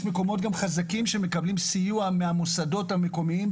יש מקומות גם חזקים שמקבלים סיוע מהמוסדות המקומיים,